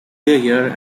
year